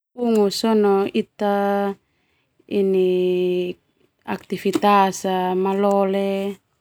Ungu sona ita aktifitas malole.